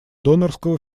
донорского